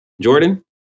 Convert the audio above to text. Jordan